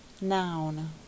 Noun